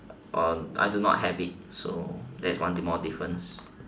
on I do not have it so that's one more difference